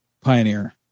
Pioneer